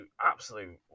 absolute